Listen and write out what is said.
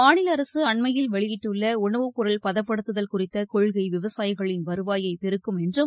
மாநில அரசு அன்மையில் வெளியிட்டுள்ள உணவுப்பொருள் பதப்படுத்துதல் குறித்த கொள்கை விவசாயிகளின் வருவாயை பெருக்கும் என்றும்